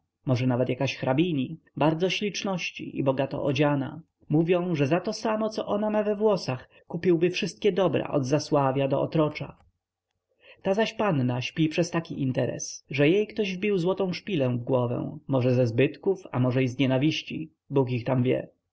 może nawet jaka hrabini bardzo śliczności i bogato odziana mówią że zato samo co ona ma we włosach kupiłby wszystkie dobra od zasławia do otrocza ta zaś panna śpi przez taki interes że jej ktoś wbił złotą szpilkę w głowę może ze zbytków a może i z nienawiści bóg ich tam wie